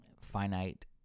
finite